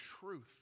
truth